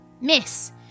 Miss